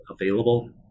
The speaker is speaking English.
available